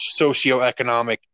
socioeconomic